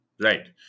right